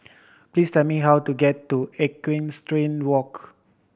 please tell me how to get to Equestrian Walk